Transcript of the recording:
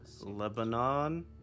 Lebanon